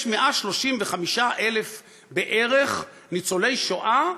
יש בערך 135,000 ניצולי שואה